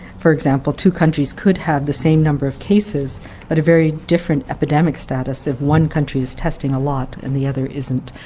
for example, two countries could have the same number of cases but a very different epidemic status if one country is testing a lot and the other isn't.